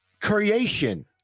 creation